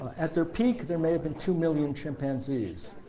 at their peak there may have been two million chimpanzees.